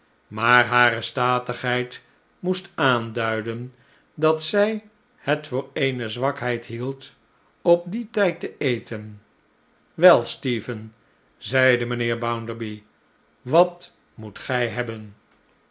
maar hare statigheid moest aanduiden dat zi het voor eene zwakheid hield op dien tid te eten wel stephen zeide mijnheer bounderby wat moet gij hebben